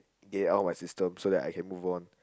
get it out of my system so I can move on